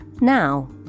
now